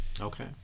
okay